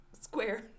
square